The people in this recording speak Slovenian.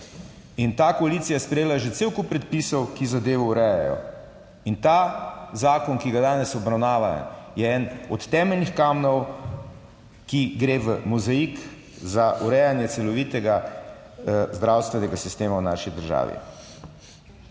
In ta koalicija je sprejela že cel kup predpisov, ki zadevo urejajo in ta zakon, ki ga danes obravnavamo, je eden od temeljnih kamnov, ki gre v mozaik za urejanje celovitega zdravstvenega sistema v naši državi.